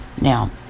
now